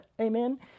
amen